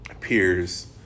peers